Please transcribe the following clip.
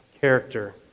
character